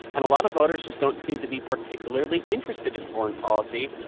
and a lot of voters just don't seem to be particularly interested in foreign policy.